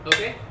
Okay